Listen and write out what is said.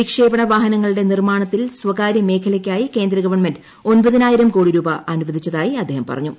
വിക്ഷേപണ വാഹനങ്ങളുടെ നിർമ്മാണത്തിൽ സ്വകാര്യമേഖലയ്ക്കായി കേന്ദ്രഗവൺമെന്റ് ഒൻപതിനായിരം കോടി രൂപ അനുവദിച്ചതായി അദ്ദേഹം പറഞ്ഞു